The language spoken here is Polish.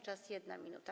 Czas - 1 minuta.